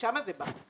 משם זה בא.